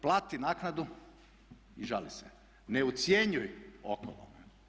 Plati naknadu i žali se, ne ucjenjuj okolo.